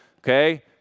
okay